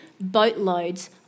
boatloads